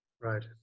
Right